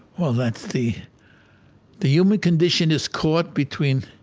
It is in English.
well, that's the the human condition is caught between